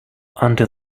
under